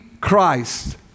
Christ